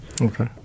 Okay